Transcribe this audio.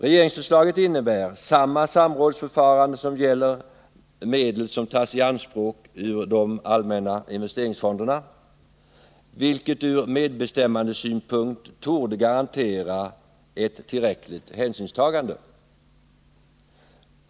Regeringsförslaget innebär samma samrådsförfarande som gäller medel som tas i anspråk ur de allmänna investeringsfonderna, vilket ur medbestämmandesynpunkt torde garantera ett tillräckligt hänsynstagande.